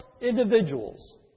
individuals